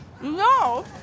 no